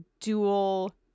dual